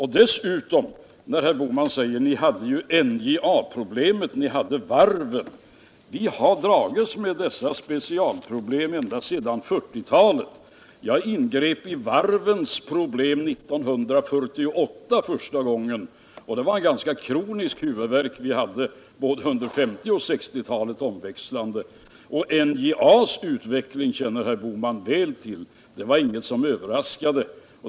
Herr Bohman säger: ”Ni hade NJA-problemet, ni hade varven.” Vi har dragits med dessa specialproblem sedan 1940-talet. Jag ingrep första gången i varvens problem 1948, och de gav oss en kronisk huvudvärk under 1950 och 1960-talen. Och NJA:s utveckling känner herr Bohman väl till. Den kom inte som någon överraskning.